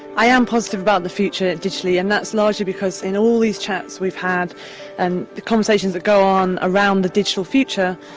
i am positive about the future digitally, and that's largely because in all these chats we've had and the conversations that go on around the digital future,